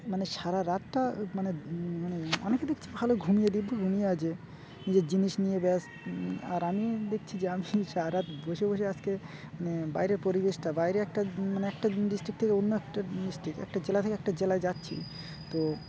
মানে সারা রাতটা মানে মানে অনেকে দেখছি ভালো ঘুমিয়ে দিব্যি ঘুমিয়ে আছে নিজের জিনিস নিয়ে ব্যাস আর আমি দেখছি যে আমি সারা রাত বসে বসে আজকে মানে বাইরের পরিবেশটা বাইরে একটা মানে একটা ডিস্ট্রিক্ট থেকে অন্য একটা ডিস্ট্রিক্ট একটা জেলা থেকে একটা জেলায় যাচ্ছি তো